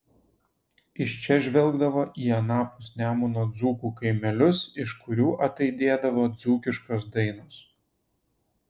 iš čia žvelgdavo į anapus nemuno dzūkų kaimelius iš kurių ataidėdavo dzūkiškos dainos